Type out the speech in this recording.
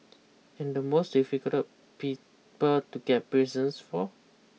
and the most difficult people to get presents for